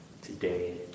today